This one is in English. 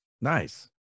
Nice